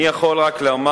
אני יכול רק לומר